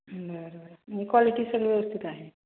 बरं बरं मग क्वालिटी स व्यवस्थित आहे